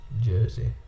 Jersey